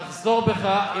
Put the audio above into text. תחזור בך.